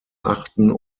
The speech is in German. achten